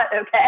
okay